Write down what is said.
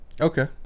Okay